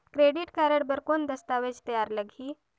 Credit card बर कौन दस्तावेज तैयार लगही?